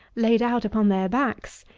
laid out upon their backs,